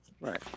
Right